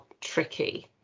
tricky